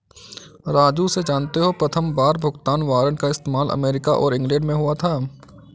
राजू से जानते हो प्रथमबार भुगतान वारंट का इस्तेमाल अमेरिका और इंग्लैंड में हुआ था